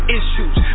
issues